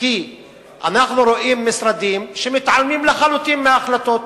כי אנחנו רואים משרדים שמתעלמים לחלוטין מהחלטות.